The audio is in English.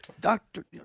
Doctor